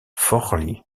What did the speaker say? forlì